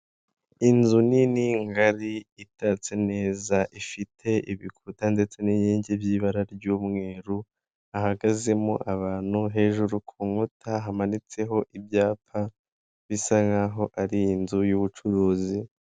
Inzu nini ngari itatse neza ifite ibikuta ndetse n'inkingi by'ibara ry'umweru, hahagazemo abantu hejuru ku nkuta hamanitseho ibyapa bisa nk'aho ari inzu y'ubucuruzi.